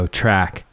track